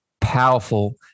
powerful